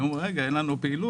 היו אומרים: אין לנו פעילות,